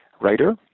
writer